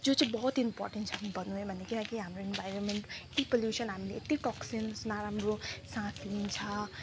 जो चाहिँ बहुत इम्पोर्टेन्ट छ गर्नु यही किनकि हाम्रो इन्भाइनरोमेन्ट कि पोलुसन हामीले यति टोक्सिन्स नराम्रो सास लिन्छ